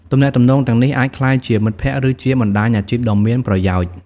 ទំនាក់ទំនងទាំងនេះអាចក្លាយជាមិត្តភក្តិ ឬជាបណ្ដាញអាជីពដ៏មានប្រយោជន៍។